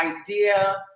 idea